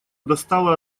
достала